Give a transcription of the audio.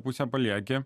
pusę paliegę